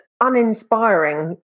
uninspiring